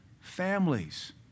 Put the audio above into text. families